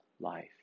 life